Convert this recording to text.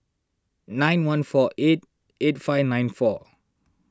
nine one four eight eight five nine four